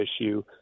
issue